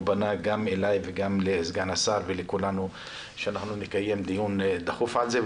פנה גם אליי וגם לסגן השר ולכולנו שנקיים דיון דחוף על זה.